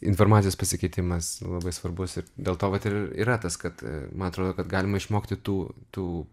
informacijos pasikeitimas labai svarbus ir dėl to vat ir yra tas kad man atrodo kad išmokti tų tų